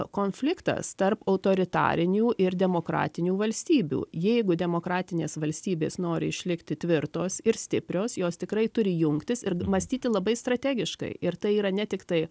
konfliktas tarp autoritarinių ir demokratinių valstybių jeigu demokratinės valstybės nori išlikti tvirtos ir stiprios jos tikrai turi jungtis ir mąstyti labai strategiškai ir tai yra ne tiktai